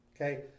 Okay